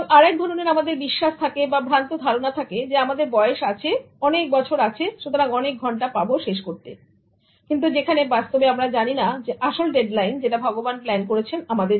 আর এক ধরনের আমাদের বিশ্বাস থাকে ভ্রান্ত ধারণা থাকে আমাদের বয়স আছে অনেক বছর আছে সুতরাং অনেক ঘন্টা পাব শেষ করতে কিন্তু যেখানে বাস্তবে আমরা জানি না আসল ডেডলাইন কি যেটা ভগবান প্লান করেছেন আমাদের জন্য